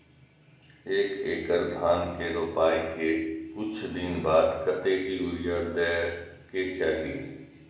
एक एकड़ धान के रोपाई के कुछ दिन बाद कतेक यूरिया दे के चाही?